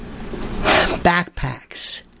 backpacks